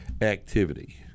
activity